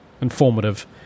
informative